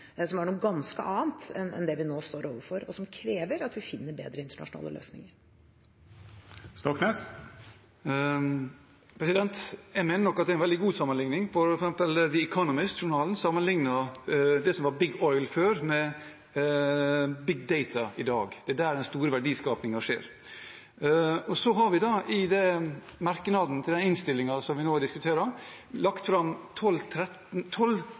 vi nå står overfor, og som krever at vi finner bedre internasjonale løsninger. Jeg mener at det er en veldig god sammenlikning, for tidsskriftet The Economist sammenliknet det som før var «big oil», med det som i dag er «big data». Det er der den store verdiskapingen skjer. Vi har i merknadene til innstillingen som vi nå diskuterer på bakgrunn av, lagt fram tolv